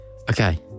Okay